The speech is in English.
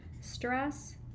Stress